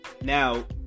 Now